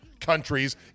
countries